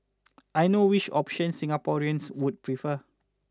I know which option Singaporeans would prefer